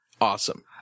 Awesome